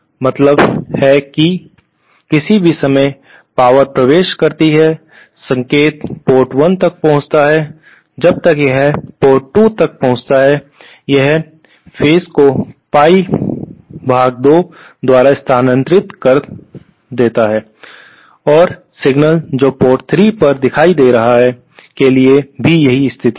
इसका मतलब है कि किसी भी समय पावर प्रवेश करती है संकेत पोर्ट 1 तक पहुंचता है जब तक यह पोर्ट 2 तक पहुंचता है यह फेज को पाई पर 2 द्वारा स्थानांतरित किया जाता है और सिग्नल जो पोर्ट 3 पर दिखाई दे रहा है के लिए भी यही स्थिति है